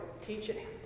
teaching